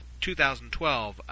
2012